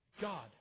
God